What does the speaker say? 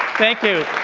thank you.